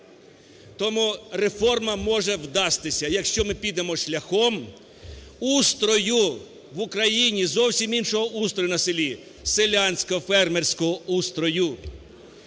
Тому реформа може вдастись, якщо ми підемо шляхом устрою в Україні, зовсім іншого устрою на селі – селянсько-фермерського устрою.